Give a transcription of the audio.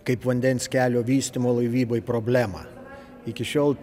kaip vandens kelio vystymo laivybai problemą iki šiol